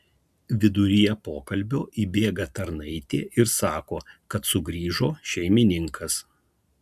viduryje pokalbio įbėga tarnaitė ir sako kad sugrįžo šeimininkas